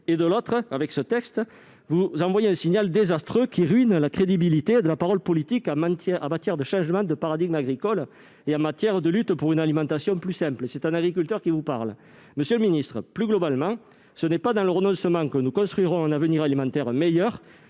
; de l'autre, avec ce texte, vous envoyez un signal désastreux, qui ruine la crédibilité de la parole politique en matière de changement de paradigme agricole et de lutte pour une alimentation plus saine- et c'est un agriculteur qui vous parle ! Plus globalement, ce n'est pas dans le renoncement que nous construirons un avenir alimentaire meilleur